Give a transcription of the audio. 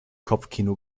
kopfkino